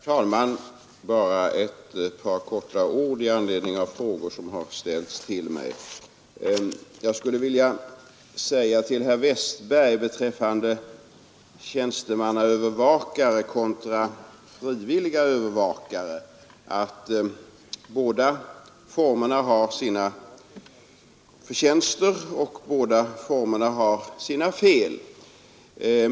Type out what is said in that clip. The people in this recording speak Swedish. Herr talman! Bara några få ord med anledning av de frågor som har ställts till mig. Beträffande tjänstemannaövervakare kontra frivilliga övervakare skulle jag vilja säga till herr Westberg i Ljusdal att båda formerna har sina förtjänster och båda formerna har sina fel.